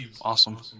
Awesome